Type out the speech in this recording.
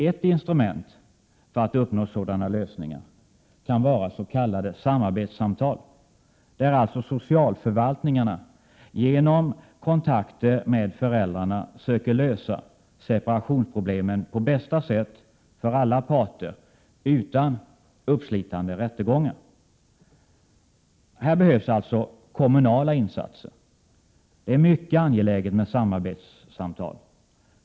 Ett instrument för att uppnå sådana lösningar kan vara s.k. samarbetssamtal, där socialförvaltningarna genom kontakter med föräldrarna söker lösa separationsproblemen på bästa sätt för alla parter utan uppslitande rättegångar. Här behövs alltså kommunala insatser. Det är mycket angeläget med samarbetssamtal.